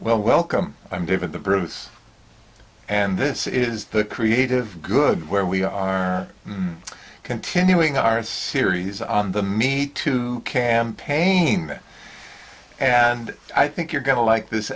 well welcome i'm david bruce and this is the creative good where we are continuing our series on the me two campaign and i think you're going to like this